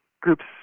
groups